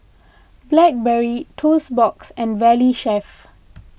Blackberry Toast Box and Valley Chef